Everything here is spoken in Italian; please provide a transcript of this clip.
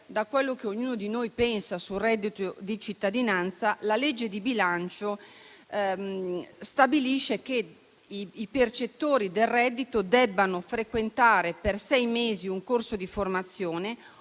da quello che ognuno di noi pensa sul reddito di cittadinanza, la legge di bilancio stabilisce che i percettori del reddito debbano frequentare per sei mesi un corso di formazione